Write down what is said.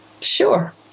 Sure